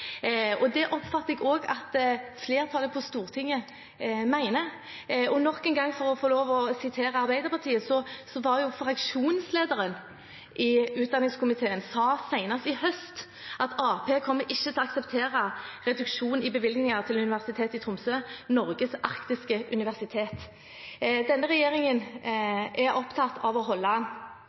Det oppfatter jeg at også flertallet på Stortinget mener. Og nok en gang – for å sitere Arbeiderpartiet: Fraksjonslederen i utdanningskomiteen sa senest i høst at «Ap kommer ikke til å akseptere reduksjon i bevilgninger til Universitetet i Tromsø – Norges arktiske universitet». Denne regjeringen er opptatt av å